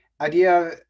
Idea